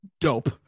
Dope